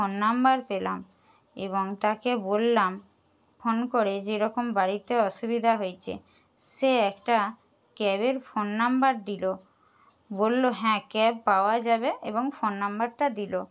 phone number পেলাম এবং তাকে বললাম ফোন করে যে এরকম বাড়িতে অসুবিধা হয়েছে সে একটা ক্যাবের ফোন নাম্বার দিল বলল হ্যাঁ ক্যাব পাওয়া যাবে এবং ফোন নাম্বারটা দিল